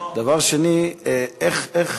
דבר שני, איך